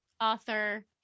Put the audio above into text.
author